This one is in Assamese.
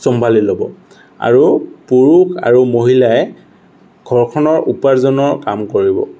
চম্ভালি ল'ব আৰু পুৰুষ আৰু মহিলাই ঘৰখনৰ উপাৰ্জনৰ কাম কৰিব